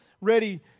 ready